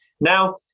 Now